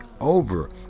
over